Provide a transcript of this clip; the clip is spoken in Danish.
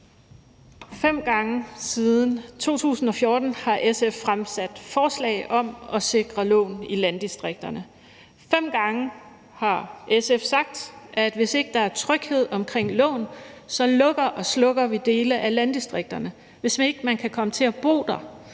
Fem gange siden 2014 har SF fremsat forslag om at sikre lån i landdistrikterne. Fem gange har SF sagt, at hvis ikke der er tryghed omkring lån, lukker og slukker vi dele af landdistrikterne. Hvis ikke man kan komme til at bo der,